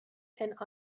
and